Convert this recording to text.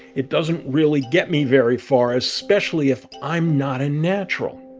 it doesn't really get me very far, especially if i'm not a natural.